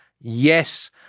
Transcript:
yes